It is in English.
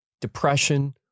depression